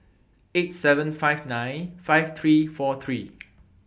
eight seven five nine five three four three